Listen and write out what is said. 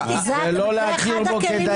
ולא להכיר בו כדייר ממשיך.